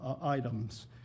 items